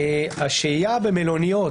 השהייה במלוניות,